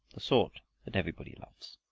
the sort that everybody loves.